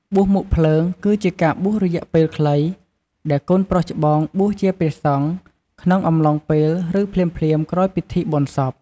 បួសមុខភ្លើង គឺជាការបួសរយៈពេលខ្លី ដែលកូនប្រុសច្បងបួសជាព្រះសង្ឃ ក្នុងអំឡុងពេល ឬភ្លាមៗក្រោយពិធីបុណ្យសព។